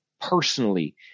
personally